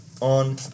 on